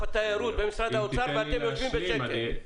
התיירות במשרד האוצר ואתם יושבים בשקט.